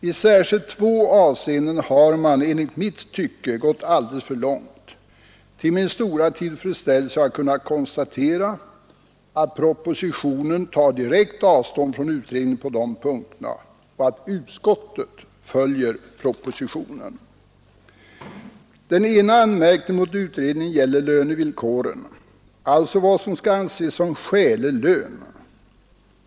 I särskilt två avseenden har man enligt mitt tycke gått alldeles för långt. Till min stora tillfredsställelse har jag kunnat konstatera att propositionen tar direkt avstånd från utredningen på de punkterna och att utskottet följer propositionen. Den ena anmärkningen mot utredningen gäller lönevillkoren, alltså vad som skall anses som ”skälig lön”.